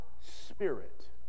spirit